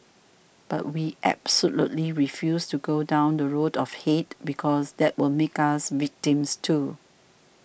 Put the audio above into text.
but we absolutely refused to go down the road of hate because that would make us victims too